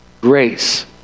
grace